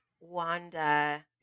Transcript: Wanda